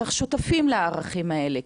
צריך שותפים לערכים האלה,